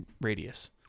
radius